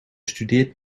studeert